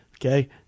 Okay